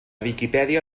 viquipèdia